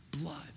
blood